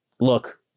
look